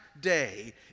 day